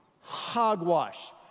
hogwash